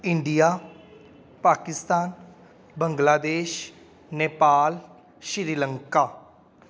India Pakistan Bangladesh Nepal Sri Lanka